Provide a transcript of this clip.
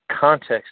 context